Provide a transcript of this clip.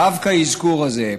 דווקא האזכור הזה,